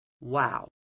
Wow